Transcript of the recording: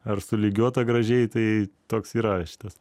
ar sulygiuota gražiai tai toks yra šitas